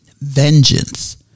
vengeance